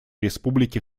республики